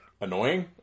annoying